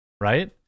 right